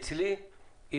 אצלי,